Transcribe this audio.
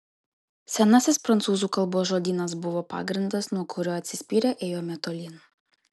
senasis prancūzų kalbos žodynas buvo pagrindas nuo kurio atsispyrę ėjome tolyn